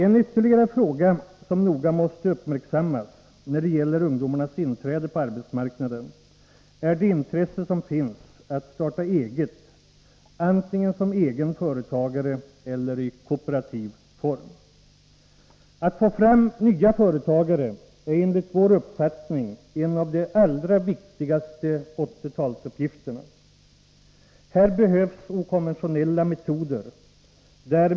En annan fråga som noga måste uppmärksammas när det gäller ungdomarnas inträde på arbetsmarknaden är det intresse som finns att starta eget, antingen som egen företagare eller också i kooperativ form. Att få fram nya företagare är enligt centerns uppfattning en av de allra viktigaste uppgifterna under 1980-talet. Här behövs okonventionella metoder.